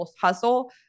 hustle